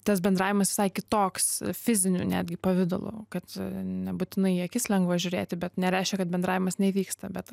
tas bendravimas visai kitoks fiziniu netgi pavidalu kad nebūtinai į akis lengva žiūrėti bet nereiškia kad bendravimas nevyksta bet